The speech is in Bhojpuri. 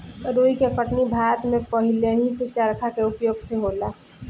रुई के कटनी भारत में पहिलेही से चरखा के उपयोग से होला